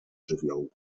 żywiołu